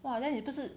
!wah! then 你不是